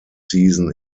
season